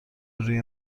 روی